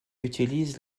utilise